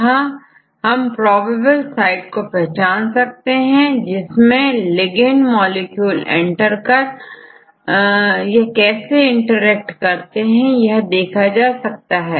यहां हम probable site को पहचान सकते हैं जिसमें लिगेंड मॉलिक्यूल प्रवेश कर यह कैसे इंटरेक्ट कर रहे हैं देखा जा सकता है